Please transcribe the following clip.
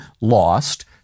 lost